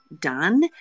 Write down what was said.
done